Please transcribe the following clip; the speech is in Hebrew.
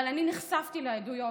אבל אני נחשפתי לעדויות.